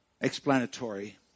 explanatory